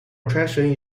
attraction